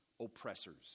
oppressors